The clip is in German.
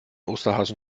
osterhasen